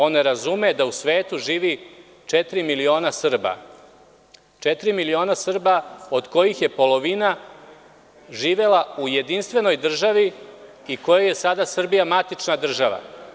On ne razume da u svetu živi 4 miliona Srba od kojih je polovina živela u jedinstvenoj državi i kojoj je sada Srbija matična država.